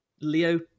leo